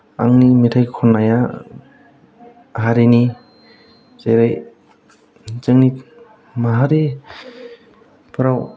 आंनि मेथाइ खननाया हारिनि जेरै जोंनि माहारिफोराव